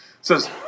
says